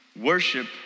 Worship